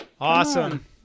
Awesome